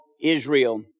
Israel